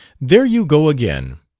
there you go again!